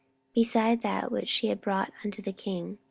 beside that which she had brought unto the king.